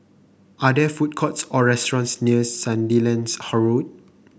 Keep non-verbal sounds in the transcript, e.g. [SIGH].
are there food courts or restaurants near Sandilands [NOISE] Road